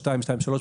222 או 223,